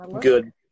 good